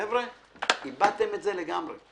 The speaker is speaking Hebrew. חבר'ה, איבדתם את זה לגמרי.